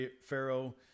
Pharaoh